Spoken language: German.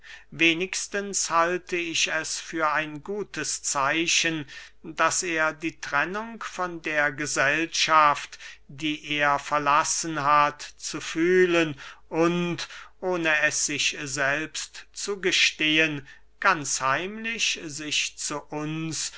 wenigstens halte ich es für ein gutes zeichen daß er die trennung von der gesellschaft die er verlassen hat zu fühlen und ohne es sich selbst zu gestehen ganz heimlich sich zu uns